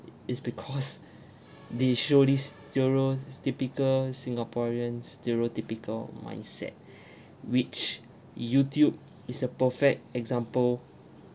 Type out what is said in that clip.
is because they show this stereotypical singaporeans stereotypical mindset which youtube is a perfect example